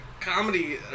comedy